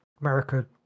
America